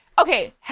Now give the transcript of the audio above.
Okay